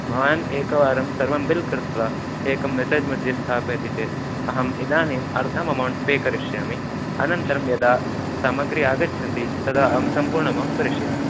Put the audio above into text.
भवान् एकवारं सर्वं बिल् कृत्वा एकं मेसेज् मध्ये स्थापयति चेत् अहम् इदानीम् अर्धम् अमौण्ट् पे करिष्यामि अनन्तरं यदा सामग्र्यः आगच्छन्ति तदा अहं सम्पूर्णम् अमौण्ट् प्रेषयामि